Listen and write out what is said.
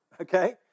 Okay